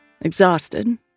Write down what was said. exhausted